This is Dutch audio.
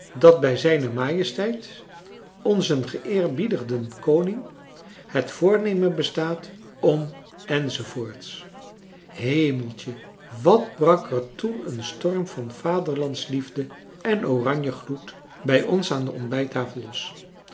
dat bij z m onzen geëerbiedigden koning het voornemen bestaat om enz hemeltje wat brak er toen een storm van vaderlandsliefde en oranjegloed bij ons aan de ontbijttafel los